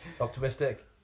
optimistic